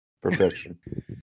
perfection